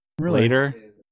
later